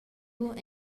buc